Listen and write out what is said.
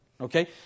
Okay